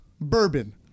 Bourbon